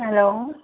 hello